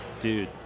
dude